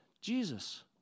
Jesus